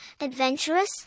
adventurous